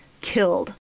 killed